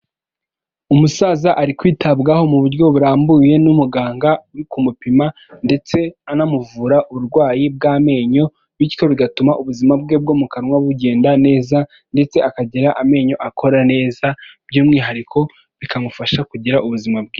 Umusaza ari kwitabwaho mu buryo burambuye n'umuganga uri kumupima, ndetse anamuvura uburwayi bw'amenyo, bityo bigatuma ubuzima bwe bwo mu kanwa bugenda neza, ndetse akagira amenyo akora neza, by'umwihariko bikamufasha kugira ubuzima bwiza.